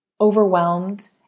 overwhelmed